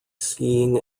skiing